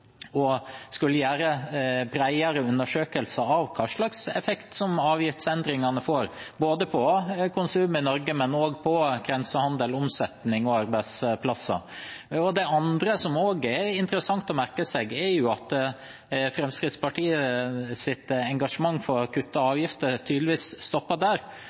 skulle gjøre bredere undersøkelser av hvilken effekt avgiftsendringene får både på konsumet i Norge og på grensehandelsomsetning og arbeidsplasser. Det andre som er interessant å merke seg, er at Fremskrittspartiets engasjement for å kutte avgifter tydeligvis stopper der.